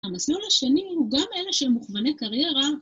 המסלול השני הוא גם אלה שהם מוכווני קריירה.